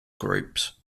groups